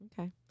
Okay